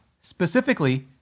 specifically